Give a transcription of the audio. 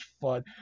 fun